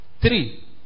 three